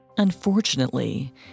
Unfortunately